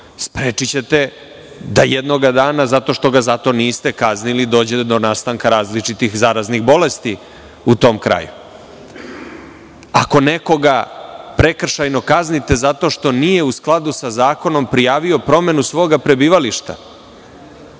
sprečićete da jednoga dana zato što ga za to niste kaznili, dođe do nastanka različitih zaraznih bolesti u tom kraju. Ako nekoga prekršajno kaznite zato što nije u skladu sa zakonom prijavio promenu svoga prebivališta,